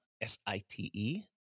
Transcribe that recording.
s-i-t-e